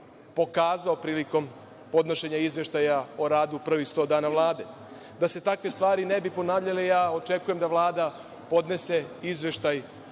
pokazao prilikom podnošenja Izveštaja o radu prvih sto dana Vlade. Da se takve stvari ne bi ponavljale, očekujem da Vlada podnese izveštaj